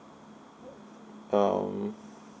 um